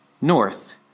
north